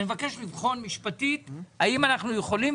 אני מבקש לבחון משפטית האם אנחנו יכולים,